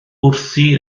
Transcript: wrthi